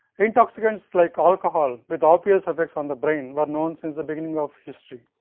intoxicants like alcohol with obvious effects on the brain, were known since the beginning of history.